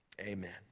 Amen